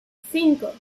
cinco